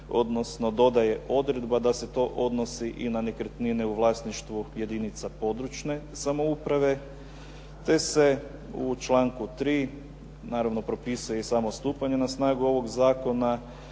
odnosno dodaje odredba da se to odnosi i na nekretnine u vlasništvu jedinica područne samouprave te se u članku 3. naravno propisuje i samo stupanje na snagu ovog zakona